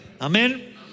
Amen